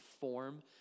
form